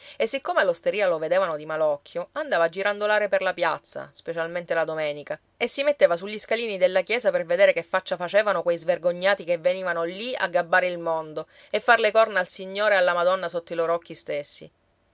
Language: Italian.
e siccome all'osteria lo vedevano di malocchio andava a girandolare per la piazza specialmente la domenica e si metteva sugli scalini della chiesa per vedere che faccia facevano quei svergognati che venivano lì a gabbare il mondo e far le corna al signore e alla madonna sotto i loro occhi stessi